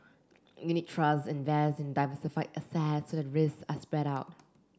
unit trusts invest in diversified assets risks are spread out